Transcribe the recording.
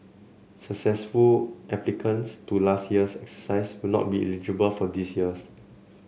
successful applicants to last year's exercise will not be eligible for this year's